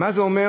מה זה אומר?